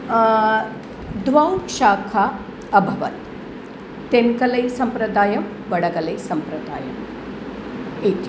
द्वौ शाखा अभवत् तेङ्कलैसम्प्रदायम् बडकलैसम्प्रदायम् इति